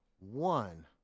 one